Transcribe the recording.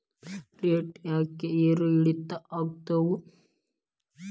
Rate ಯಾಕೆ ಏರಿಳಿತ ಆಗ್ತಾವ?